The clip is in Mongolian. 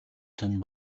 тань